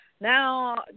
Now